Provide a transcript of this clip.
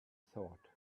thought